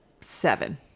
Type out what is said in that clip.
seven